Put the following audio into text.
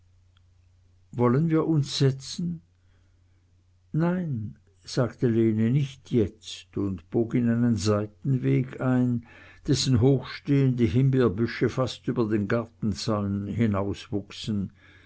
wollen wir uns setzen nein sagte lene nicht jetzt und bog in einen seitenweg ein dessen hochstehende himbeerbüsche fast über den gartenzaun